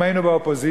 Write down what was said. אם היינו באופוזיציה,